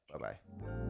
Bye-bye